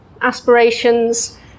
aspirations